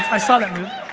i saw that move.